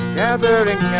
gathering